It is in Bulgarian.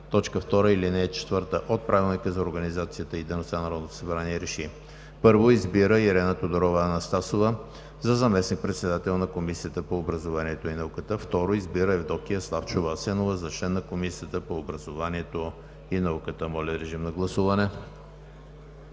3, т. 2 и ал. 4 от Правилника за организацията и дейността на Народното събрание РЕШИ: 1. Избира Ирена Тодорова Анастасова за заместник-председател на Комисията по образованието и науката. 2. Избира Евдокия Славчова Асенова за член на Комисията по образованието и науката.“ Моля, режим на гласуване.